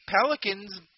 Pelicans